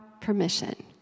permission